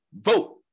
vote